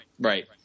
right